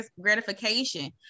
gratification